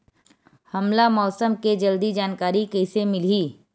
हमला मौसम के जल्दी जानकारी कइसे मिलही?